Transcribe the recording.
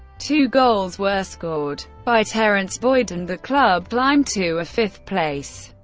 two goals were scored by terrence boyd and the club climbed to a fifth place.